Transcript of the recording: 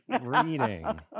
reading